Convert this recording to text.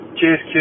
Cheers